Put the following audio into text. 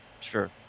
sure